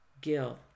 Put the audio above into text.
Gil